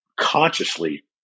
consciously